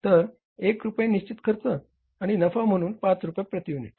तर 1 रुपये निश्चित खर्च आणि नफा म्हणून 5 रुपये प्रति युनिट